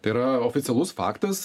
tai yra oficialus faktas